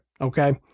Okay